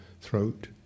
throat